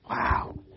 Wow